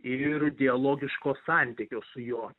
ir dialogiško santykio su juo